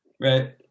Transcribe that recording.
Right